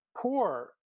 poor